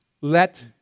let